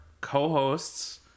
co-hosts